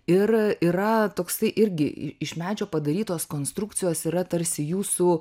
ir yra toksai irgi iš medžio padarytos konstrukcijos yra tarsi jūsų